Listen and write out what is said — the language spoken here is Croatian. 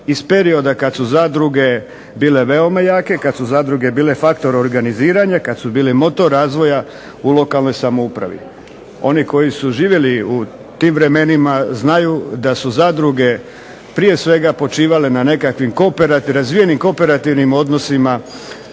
iz perioda kad su zadruge bile veoma jake, kad su zadruge bile faktor organiziranja, kad su bile motor razvoja u lokalnoj samoupravi. Oni koji su živjeli u tim vremenima znaju da su zadruge prije svega počivale na nekakvim razvijenim kooperativnim odnosima